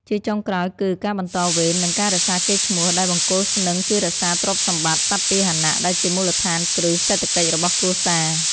ជាចុងក្រោយគឺ ការបន្តវេន និងការរក្សាកេរ្តិ៍ឈ្មោះ ដែលបង្គោលស្នឹងជួយរក្សាទ្រព្យសម្បត្តិ (សត្វពាហនៈ) ដែលជាមូលដ្ឋានគ្រឹះសេដ្ឋកិច្ចរបស់គ្រួសារ។